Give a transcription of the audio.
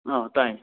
ꯑꯣ ꯇꯥꯏ